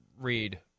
read